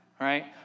Right